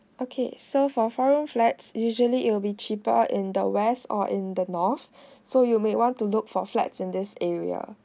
okay so for four room flats usually it will be cheaper out in the west or in the north so you may want to look for flat in this area